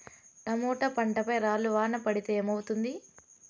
Tomato పంట పై రాళ్లు వాన పడితే ఏమవుతుంది?